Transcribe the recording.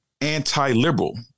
anti-liberal